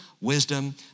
wisdom